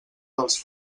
dels